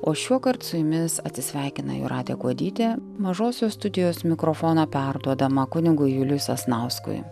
o šiuokart su jumis atsisveikina jūratė kuodytė mažosios studijos mikrofoną perduodama kunigui juliui sasnauskui